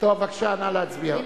נא להצביע.